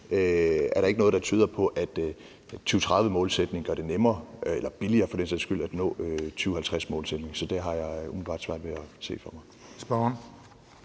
er der ikke noget, der tyder på, at den 2030-målsætning gør det nemmere eller for den sags skyld billigere at nå 2050-målsætningen, så det har jeg umiddelbart svært ved at se for mig. Kl.